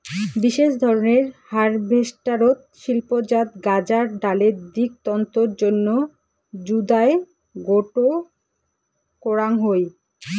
বিশেষ ধরনের হারভেস্টারত শিল্পজাত গাঁজার ডালের দিক তন্তুর জইন্যে জুদায় গোটো করাং হই